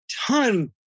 ton